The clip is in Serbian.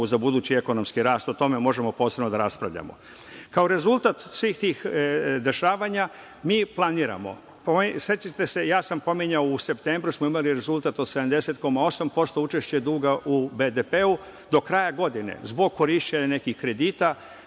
za budući ekonomski rast, o tome možemo posebno da raspravljamo. Kao rezultat svih tih dešavanja, mi planiramo, setite se, pominjao sam, u septembru smo imali rezultat od 70,8% učešća duga u BDP-u, do kraja godine, zbog korišćenja nekih kredita,